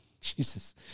Jesus